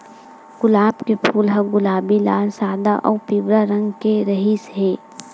गुलाब के फूल ह गुलाबी, लाल, सादा अउ पिंवरा रंग के रिहिस हे